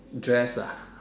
dress ah